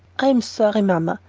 i'm sorry, mamma.